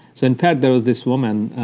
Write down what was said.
so and fact there was this woman,